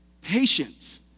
patience